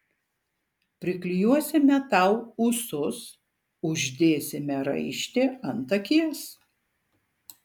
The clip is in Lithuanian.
priklijuosime tau ūsus uždėsime raištį ant akies